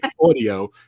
audio